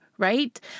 right